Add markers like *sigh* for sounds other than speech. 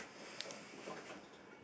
*breath* okay *breath*